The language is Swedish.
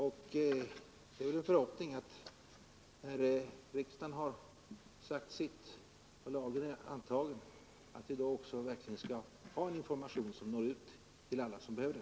Min förhoppning är att vi, när riksdagen sagt sitt och lagen är antagen, verkligen skall ha en information som når ut till alla behövande.